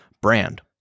brand